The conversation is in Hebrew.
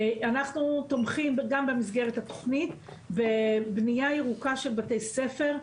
אנחנו תומכים גם במסגרת התכנית ובנייה ירוקה של בתי ספר.